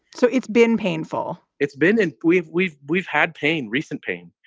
so it's been painful. it's been. and we've we've we've had pain, recent pain.